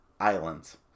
Islands